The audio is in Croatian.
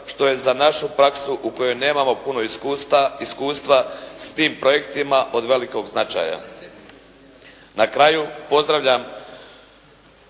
što je za našu praksu u kojoj nemamo puno iskustva s tim projektima od velikog značaja. Na kraju pozdravljam